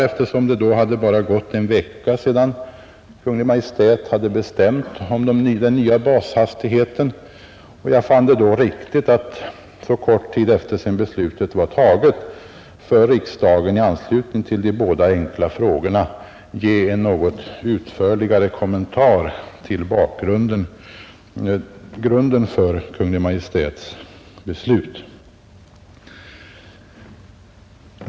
Eftersom det då hade gått bara en vecka sedan Kungl. Maj:t hade bestämt om den nya bashastigheten fann jag det riktigt att för riksdagen i anslutning till de båda enkla frågorna ge en något utförligare kommentar till bakgrunden till Kungl. Maj:ts beslut.